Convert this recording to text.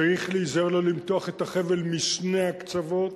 צריך להיזהר לא למתוח את החבל בשני הקצוות.